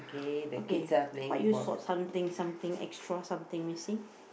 okay what you swap something something extra something you see